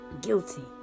Guilty